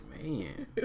Man